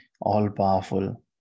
all-powerful